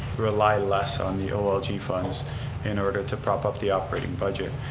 rely less on the olg funds in order to prop up the operating budget.